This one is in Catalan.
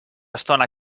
estona